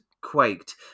quaked